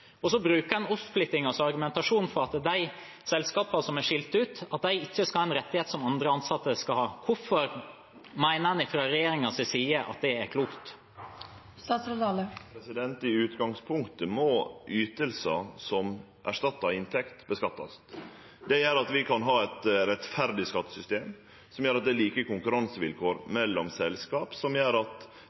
argumentasjon for at en i de selskapene som er skilt ut, ikke skal ha en rettighet som andre ansatte skal ha. Hvorfor mener en fra regjeringens side at det er klokt? I utgangspunktet må ytingar som erstattar inntekt, skattleggjast. Det gjer at vi kan ha eit rettferdig skattesystem, som gjer at det er like konkurransevilkår mellom selskap, som gjer at